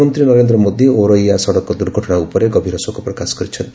ପ୍ରଧାନମନ୍ତ୍ରୀ ନରେନ୍ଦ୍ର ମୋଦି ଔରଇୟା ସଡ଼କ ଦୂର୍ଘଟଣା ଉପରେ ଗଭୀର ଶୋକପ୍ରକାଶ କରିଛନ୍ତି